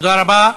תודה רבה.